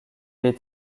est